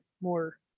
More